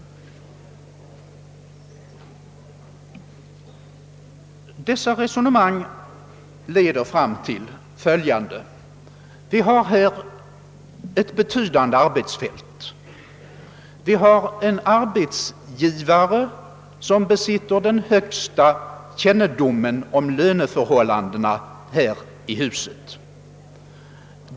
Dessa resonemang leder fram till följande slutsats. Den tjänsteman det gäller har ett betydande arbetsfält. Vi har en arbetsgivare, förvaltningskontorets styrelse, som besitter den högsta kännedomen om löneförhållandena i detta hus.